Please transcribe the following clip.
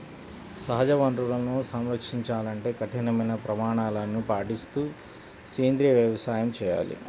సహజ వనరులను సంరక్షించాలంటే కఠినమైన ప్రమాణాలను పాటిస్తూ సేంద్రీయ వ్యవసాయం చేయాలి